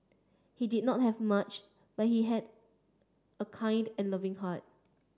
he did not have much but he had a kind and loving heart